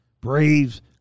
Braves